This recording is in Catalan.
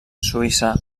suïssa